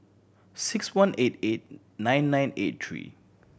six one eight eight nine nine eight three